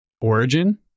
origin